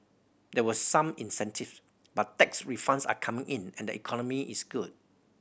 there were some incentive but tax refunds are coming in and the economy is good